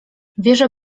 wieża